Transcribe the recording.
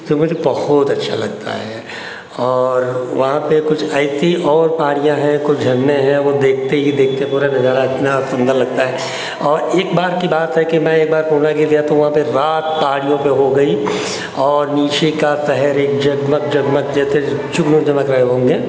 ये सब मुझे बहुत अच्छा लगता है और वहाँ पे कुछ टाइप की और पहाड़ियां हैं कुछ झरने हैं वो देखते ही देखते पूरा नज़ारा इतना सुन्दर लगता है और एक बार की बात है कि मैं एक बार पूर्णागिरि गया तो वहाँ पे रात पहाड़ियों पे हो गई और नीचे का शहर एक जगमग जगमग जैसे जुगनू चमक रहे होंगे